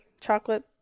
chocolate